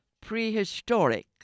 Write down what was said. prehistoric